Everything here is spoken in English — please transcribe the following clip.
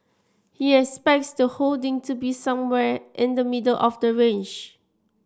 he expects the holding to be somewhere in the middle of the range